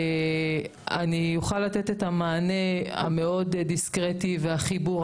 אני אוכל לתת את המענה המאוד דיסקרטי ואת החיבור.